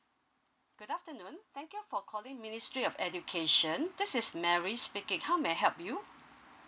good afternoon thank you for calling ministry of education this is mary speaking how may I help you